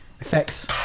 effects